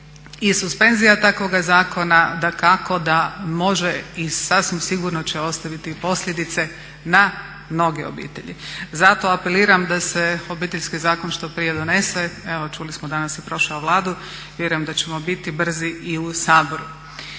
i suspenzija takvoga zakona dakako da može i sasvim sigurno će ostaviti posljedice na mnoge obitelji. Zato apeliram da se Obiteljski zakon što prije donese. Evo čuli smo danas je prošao Vladu, vjerujem da ćemo biti brzi i u Saboru.